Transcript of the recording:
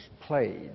played